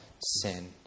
sin